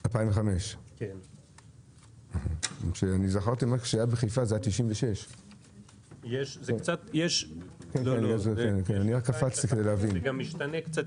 2005. אני זכרתי שכשזה היה בחיפה זה היה 1996. זה משתנה קצת.